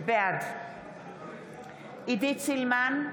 בעד עידית סילמן,